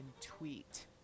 tweet